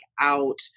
out